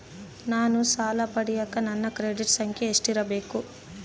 ನಾನು ಸಾಲ ಪಡಿಯಕ ನನ್ನ ಕ್ರೆಡಿಟ್ ಸಂಖ್ಯೆ ಎಷ್ಟಿರಬೇಕು?